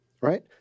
Right